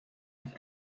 with